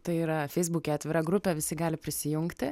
tai yra feisbuke atvira grupė visi gali prisijungti